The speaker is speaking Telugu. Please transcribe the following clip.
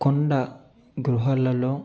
కొండ గుహాలల్లో